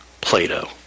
Plato